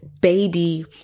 baby